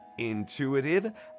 intuitive